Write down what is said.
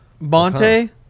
Bonte